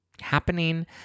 happening